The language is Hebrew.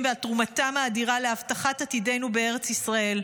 ועל תרומתם האדירה להבטחת עתידנו בארץ ישראל.